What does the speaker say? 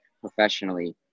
professionally